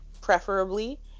preferably